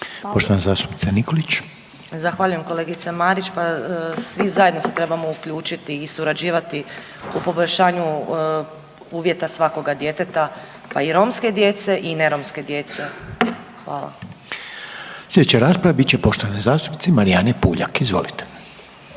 Romana (SDP)** Zahvaljujem kolegice Marić. Pa svi zajedno se trebamo uključiti i surađivati u poboljšanju uvjeta svakoga djeteta, pa i romske djece i neromske djece. Hvala. **Reiner, Željko (HDZ)** Sljedeća rasprava bit će poštovane zastupnice Marijane Puljak. Izvolite.